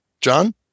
John